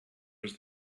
was